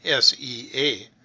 Sea